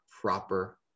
proper